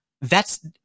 That's-